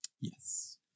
yes